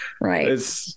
Right